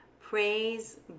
Praise